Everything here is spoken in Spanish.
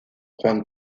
juan